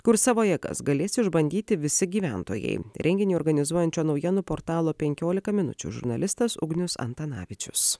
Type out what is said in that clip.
kur savo jėgas galės išbandyti visi gyventojai renginį organizuojančio naujienų portalo penkiolika minučių žurnalistas ugnius antanavičius